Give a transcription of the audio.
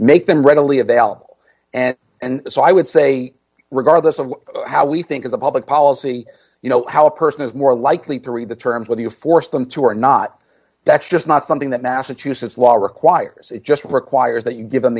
make them readily available and and so i would say regardless of how we think as a public policy you know how a person is more likely to read the terms when you force them to or not that's just not something that massachusetts law requires it just requires that you give